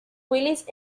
willis